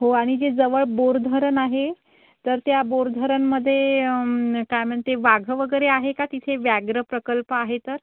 हो आणि जे जवळ बोरधरण आहे तर त्या बोरधरणमध्ये काय म्हणते वाघ वगैरे आहे का तिथे व्याघ्र प्रकल्प आहे तर